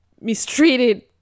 mistreated